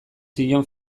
zion